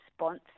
response